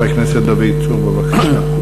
חבר הכנסת דוד צור, בבקשה.